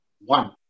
One